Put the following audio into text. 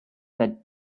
that